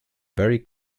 very